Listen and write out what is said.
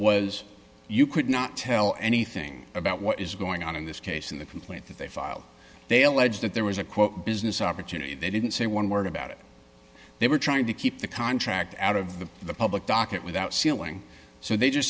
was you could not tell anything about what is going on in this case in the complaint that they filed they allege that there was a quote business opportunity they didn't say one word about it they were trying to keep the contract out of the the public docket without sealing so they just